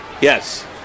Yes